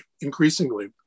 increasingly